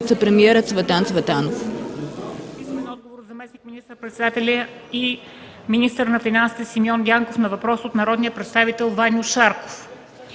вицепремиер Цветан Цветанов.